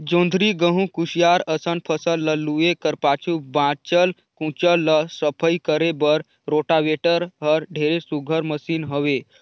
जोंधरी, गहूँ, कुसियार असन फसल ल लूए कर पाछू बाँचल खुचल ल सफई करे बर रोटावेटर हर ढेरे सुग्घर मसीन हवे